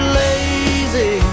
lazy